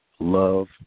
love